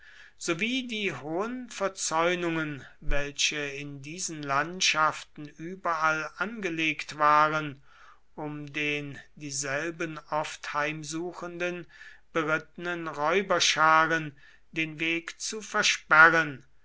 sowie die hohen verzäunungen welche in diesen landschaften überall angelegt waren um den dieselben oft heimsuchenden berittenen räuberscharen den weg zu versperren